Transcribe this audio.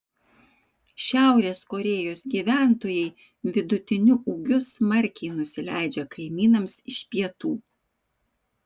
šiaurės korėjos gyventojai vidutiniu ūgiu smarkiai nusileidžia kaimynams iš pietų